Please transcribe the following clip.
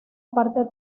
parte